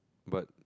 but